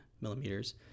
millimeters